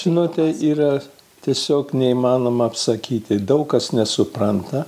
žinote yra tiesiog neįmanoma apsakyti daug kas nesupranta